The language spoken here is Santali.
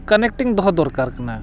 ᱠᱟᱱᱮᱠᱴᱤᱝ ᱫᱚᱦᱚ ᱫᱚᱨᱠᱟᱨ ᱠᱟᱱᱟ